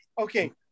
okay